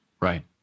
right